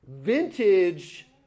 vintage